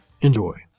Enjoy